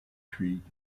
creek